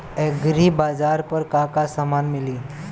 एग्रीबाजार पर का का समान मिली?